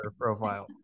profile